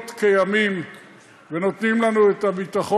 אני רוצה להזכיר לכם שהיום הטכנולוגיה מאפשרת לנו לבוא